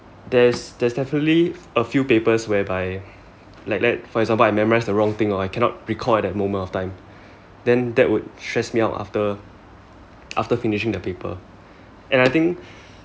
there's there's definitely a few papers whereby like like for example I memorise the wrong thing or I cannot recall at that moment of time then that would stress me out after after finishing the paper and I think